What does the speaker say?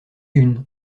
une